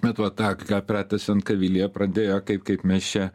bet va tą ką pratęsiant ką vilija pradėjo kaip kaip mes čia